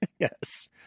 Yes